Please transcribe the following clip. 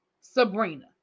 Sabrina